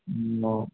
অঁ